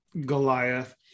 Goliath